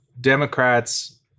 Democrats